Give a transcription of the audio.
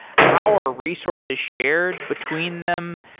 how are resources shared between them?